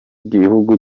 gihugu